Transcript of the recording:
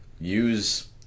use